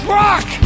rock